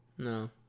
no